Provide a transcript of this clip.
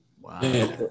Wow